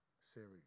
series